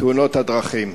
תאונות הדרכים.